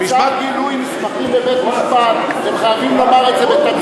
בצו גילוי מסמכים בבית-משפט הם חייבים לומר את זה בתצהיר.